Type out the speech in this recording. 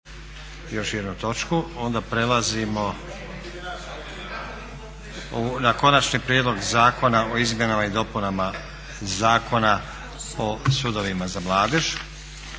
Nenad (SDP)** Onda prelazimo na: - Konačni prijedlog Zakona o izmjenama i dopunama Zakona o sudovima za mladež,